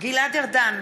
גלעד ארדן,